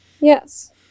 Yes